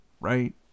right